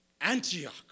Antioch